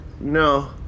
no